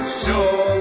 show